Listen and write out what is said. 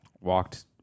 Walked